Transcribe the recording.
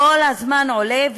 כל הזמן עולה,